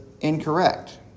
incorrect